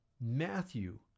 Matthew